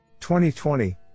2020